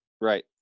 Right